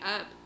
up